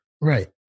Right